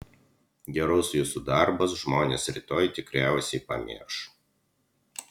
gerus jūsų darbus žmonės rytoj tikriausiai pamirš